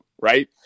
Right